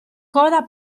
coda